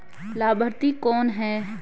लाभार्थी कौन है?